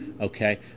Okay